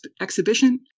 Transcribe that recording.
exhibition